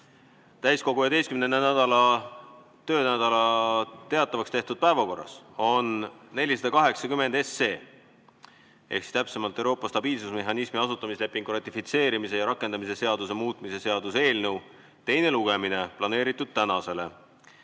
lugu, et täiskogu 11. töönädala teatavaks tehtud päevakorras on 480 SE ehk täpsemalt Euroopa stabiilsusmehhanismi asutamislepingu ratifitseerimise ja rakendamise seaduse muutmise seaduse eelnõu teine lugemine planeeritud tänasele